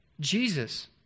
Jesus